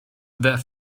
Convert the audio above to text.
their